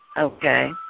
Okay